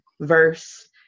verse